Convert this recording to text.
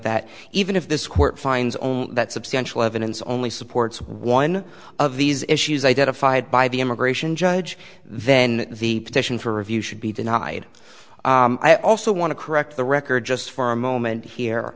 that even if this court finds only that substantial evidence only supports one of these issues identified by the immigration judge then the petition for review should be denied i also want to correct the record just for a moment here